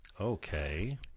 Okay